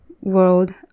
world